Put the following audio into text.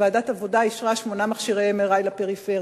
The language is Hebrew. וועדת העבודה אישרה שמונה מכשירי MRI לפריפריה.